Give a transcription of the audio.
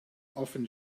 often